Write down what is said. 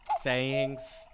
sayings